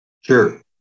Sure